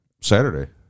Saturday